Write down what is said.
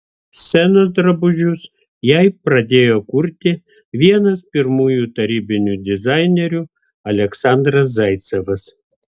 scenos drabužius jai pradėjo kurti vienas pirmųjų tarybinių dizainerių aleksandras zaicevas